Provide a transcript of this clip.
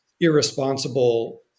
irresponsible